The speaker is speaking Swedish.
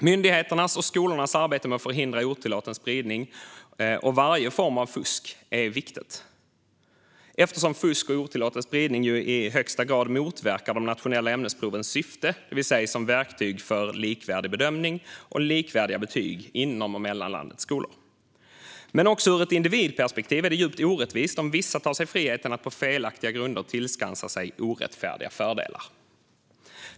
Myndigheternas och skolornas arbete med att förhindra otillåten spridning och varje form av fusk är viktigt eftersom fusk och otillåten spridning i högsta grad motverkar de nationella ämnesprovens syfte, det vill säga att vara verktyg för likvärdig bedömning och likvärdiga betyg inom och mellan landets skolor. Men också ur ett individperspektiv är det djupt orättvist om vissa tar sig friheten att på felaktiga grunder tillskansa sig orättfärdiga fördelar.